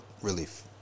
relief